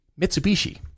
Mitsubishi